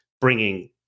bringing